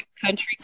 country